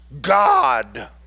God